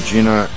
Gina